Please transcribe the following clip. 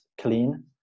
clean